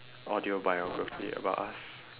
audio biography about us